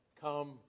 come